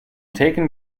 taken